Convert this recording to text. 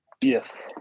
Yes